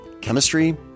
chemistry